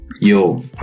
Yo